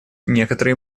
некоторые